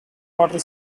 water